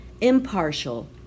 impartial